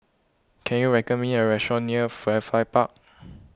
can you reckon me a restaurant near Firefly Park